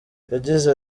yagize